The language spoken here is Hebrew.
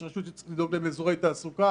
יש רשויות שצריך לדאוג להן לאזורי תעסוקה.